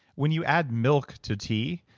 when you add milk to tea,